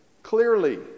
Clearly